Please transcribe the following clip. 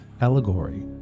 allegory